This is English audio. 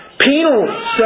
Penal